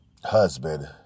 husband